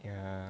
ya